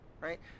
right